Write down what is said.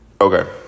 Okay